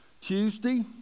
Tuesday